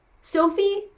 Sophie